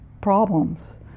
problems